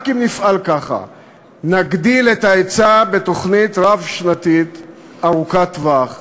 רק אם נפעל כך נגדיל את ההיצע בתוכנית רב-שנתית ארוכת טווח,